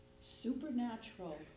supernatural